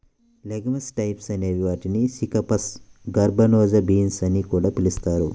legumes types అనే వాటిని chickpeas, garbanzo beans అని కూడా పిలుస్తారు